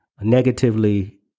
negatively